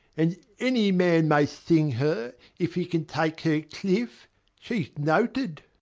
and any man may sing her, if he can take her cliff she's noted.